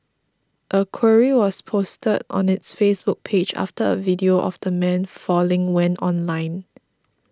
a query was posted on its Facebook page after a video of the man falling went online